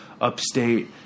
upstate